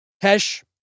Hesh